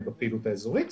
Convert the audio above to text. בפעילות האזורית.